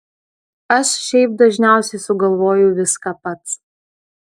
aš šiaip dažniausiai sugalvoju viską pats